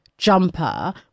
jumper